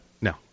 No